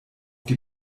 die